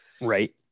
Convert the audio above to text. right